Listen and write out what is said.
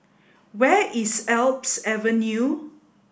where is Alps Avenue